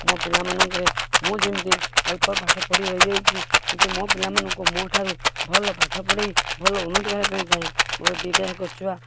ମୋ ପିଲାମାନଙ୍କରେ ମୁଁ ଯେମିତି ଅଳ୍ପ ପାଠ ପଢ଼ି ରହିଯାଇଛି କିନ୍ତୁ ମୋ ପିଲାମାନଙ୍କୁ ମୋ ଠାରୁ ଭଲ ପାଠ ପଢ଼ାଇ ଭଲ ଉନ୍ନତି କରିବାକୁ ଚାହେଁ ମୋର ଦୁଇଟାଯାଙ୍କ ଛୁଆ